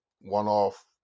one-off